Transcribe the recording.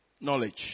knowledge